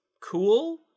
cool